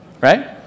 right